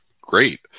great